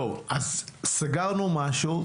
סגרנו משהו.